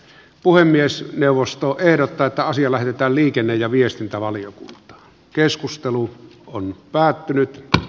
puhemiesneuvosto ehdottaa että asia lähetetään liikenne ja viestintävaliokunta keskustelu on päättynyt